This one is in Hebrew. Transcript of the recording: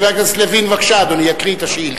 חבר הכנסת לוין, בבקשה, אדוני יקרא את השאילתא.